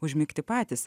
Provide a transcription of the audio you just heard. užmigti patys